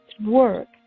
work